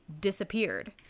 disappeared